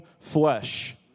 flesh